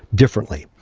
differently.